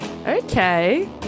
Okay